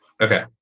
Okay